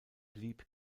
blieb